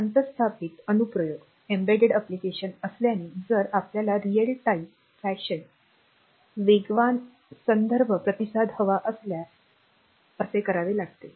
अंतःस्थापित अनुप्रयोग असल्याने जर आपल्याला रिअल टाइम फॅशनमध्ये वेगवान संदर्भ प्रतिसाद हवा असल्यास आहे